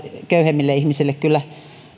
köyhemmille ihmisille kyllä